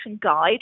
guide